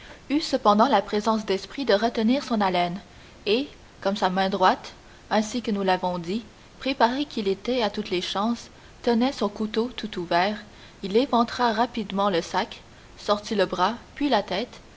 cependant la présence d'esprit de retenir son haleine et comme sa main droite ainsi que nous l'avons dit préparé qu'il était à toutes les chances tenait son couteau tout ouvert il éventra rapidement le sac sortit le bras puis la tête